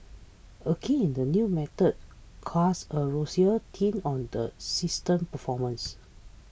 again the new method casts a rosier tint on the system's performance